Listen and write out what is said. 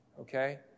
Okay